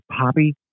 poppy